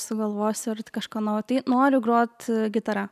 sugalvosiu kažką naujo tai noriu grot gitara